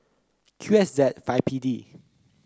Q S Z five P D